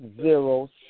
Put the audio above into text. zero